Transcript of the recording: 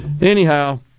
Anyhow